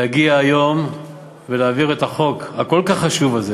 להגיע היום ולהעביר את החוק הכל-כך חשוב הזה